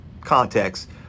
context